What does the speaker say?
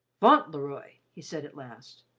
fauntleroy, he said at last,